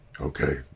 Okay